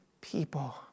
People